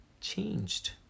changed